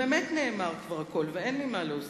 באמת נאמר כבר הכול ואין לי מה להוסיף,